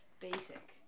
basic